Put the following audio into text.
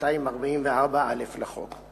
סעיף 244(א) לחוק.